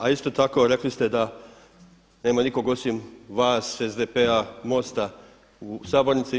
A isto tako rekli ste da nema nikog osim vas SDP-a, MOST-a u sabornici.